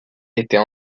était